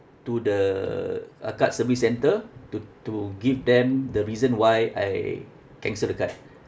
to the uh card service centre to to give them the reason why I cancel the card